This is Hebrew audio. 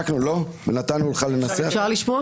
ההסדרים שהכנסנו בהצעת החוק מחייבים לגוון את בית המשפט,